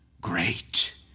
Great